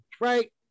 right